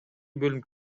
бөлүнүп